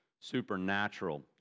supernatural